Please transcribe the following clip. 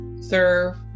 Serve